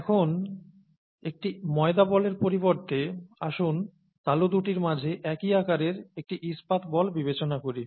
এখন একটি ময়দা বলের পরিবর্তে আসুন তালু দুটির মাঝে একই আকারের একটি ইস্পাত বল বিবেচনা করি